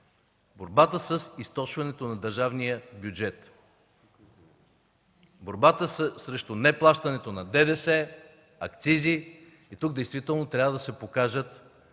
борбата с източването на държавния бюджет, борбата срещу неплащането на ДДС и акцизи. Тук действително трябва да се покажат